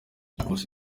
gusa